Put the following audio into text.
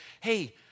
hey